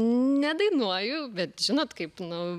nedainuoju bet žinot kaip nu